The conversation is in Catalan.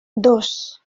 dos